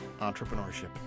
entrepreneurship